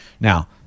Now